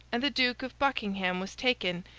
and the duke of buckingham was taken,